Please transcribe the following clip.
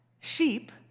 sheep